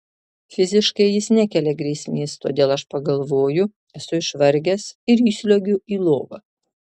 fiziškai jis nekelia grėsmės todėl aš pagalvoju esu išvargęs ir įsliuogiu į lovą